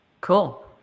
Cool